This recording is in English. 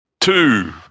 Two